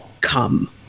come